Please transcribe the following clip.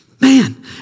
man